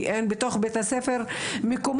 כי אין בתוך בית הספר מקומות,